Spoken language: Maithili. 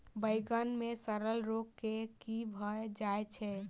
बइगन मे सड़न रोग केँ कीए भऽ जाय छै?